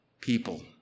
people